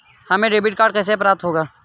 हमें debit card कैसे प्राप्त होगा?